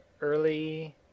early